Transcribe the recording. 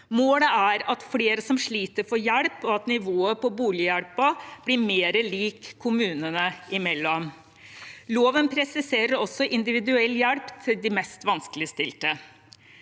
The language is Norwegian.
Målet er at flere som sliter, får hjelp, og at nivået på bolighjelpen blir mer lik kommunene imellom. Loven presiserer også individuell hjelp til de mest vanskeligstilte.